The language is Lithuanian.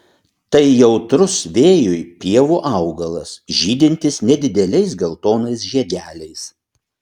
tai jautrus vėjui pievų augalas žydintis nedideliais geltonais žiedeliais